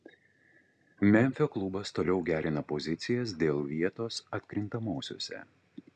memfio klubas toliau gerina pozicijas dėl vietos atkrintamosiose